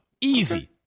Easy